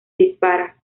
dispara